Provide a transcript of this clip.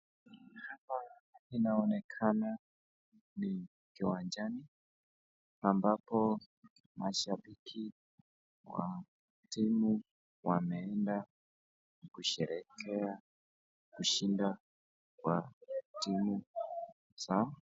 Hapa inaonekana ni kiwanjani, ambapo mashabiki wa timu wameenda kusherehekea kushinda kwa timu zao.